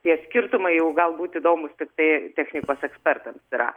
tie skirtumai jau galbūt įdomūs tiktai technikos ekspertams yra